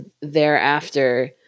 Thereafter